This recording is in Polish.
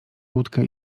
łódkę